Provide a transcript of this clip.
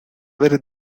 avere